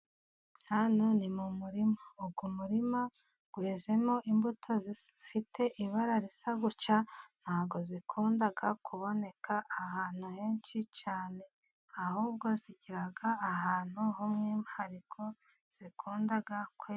Hano ni mu murima. Uwo murima uhinzemo imbuto zifite ibara risa guca ntago zikunda kuboneka ahantu henshi cyane, ahubwo zigira ahantu h'umwihariko zikunda kwera.